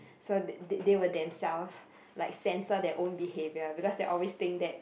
so they they they will themselves like censor their own behaviour because they always think that